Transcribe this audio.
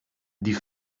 die